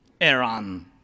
Iran